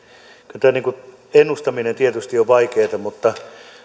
kyllä ennustaminen tietysti on vaikeata mutta nyt